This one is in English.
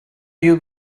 you